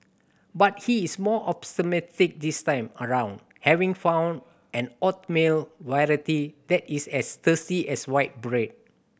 but he is more optimistic this time around having found an oatmeal variety that is as tasty as white bread